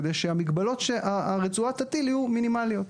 כדי שהמגבלות שהרצועה תטיל יהיו מינימליות.